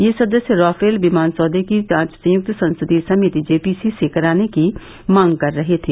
ये सदस्य राफेल विमान सौदे की जांच संयुक्त संसदीय समिति जेपीसी से कराने की मांग कर रहे थे